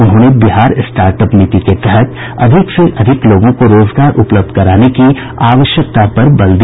उन्होंने बिहार स्टार्टअप नीति के तहत अधिक से अधिक लोगों को रोजगार उपलब्ध कराने की आवश्यकता पर बल दिया